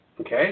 okay